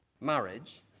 marriage